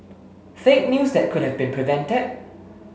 fake news that could have been prevented